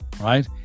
Right